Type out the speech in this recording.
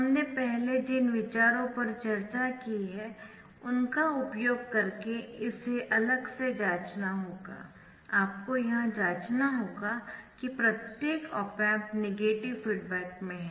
हमने पहले जिन विचारों पर चर्चा की है उनका उपयोग करके इसे अलग से जांचना होगा आपको यह जांचना होगा कि प्रत्येक ऑप एम्प नेगेटिव फीडबैक में है